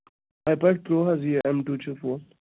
I paid pro حظ یہِ